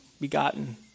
begotten